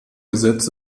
gesetz